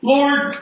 Lord